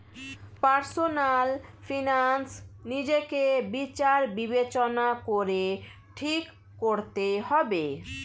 personal finance নিজেকে বিচার বিবেচনা করে ঠিক করতে হবে